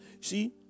see